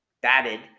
batted